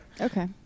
Okay